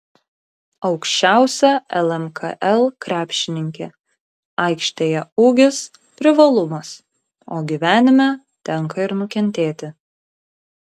aukščiausia lmkl krepšininkė aikštėje ūgis privalumas o gyvenime tenka ir nukentėti